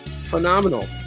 phenomenal